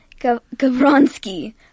Gavronsky